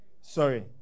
sorry